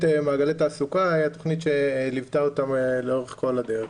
מעגלי תעסוקה הייתה תוכנית שליוותה אותם לאורך כל הדרך.